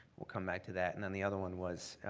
we'll come back to that, and then the other one was